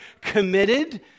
committed